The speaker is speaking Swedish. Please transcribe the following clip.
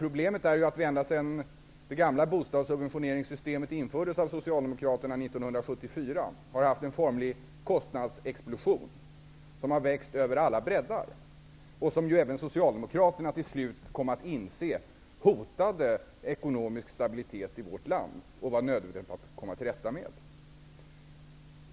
Problemet är att vi ända sedan det gamla bostadssubventionssystemet infördes 1974 av Socialdemokraterna har haft en formlig kostnadsexplosion som har växt över alla bräddar och som -- även Socialdemokraterna kommer till slut att inse det -- hotade ekonomisk stabilitet i vårt land och som det var nödvändigt att komma till rätta med.